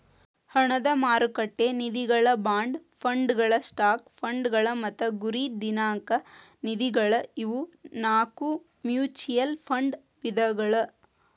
ಹಣದ ಮಾರುಕಟ್ಟೆ ನಿಧಿಗಳ ಬಾಂಡ್ ಫಂಡ್ಗಳ ಸ್ಟಾಕ್ ಫಂಡ್ಗಳ ಮತ್ತ ಗುರಿ ದಿನಾಂಕ ನಿಧಿಗಳ ಇವು ನಾಕು ಮ್ಯೂಚುಯಲ್ ಫಂಡ್ ವಿಧಗಳ